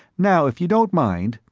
now, if you don't mind,